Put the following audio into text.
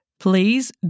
please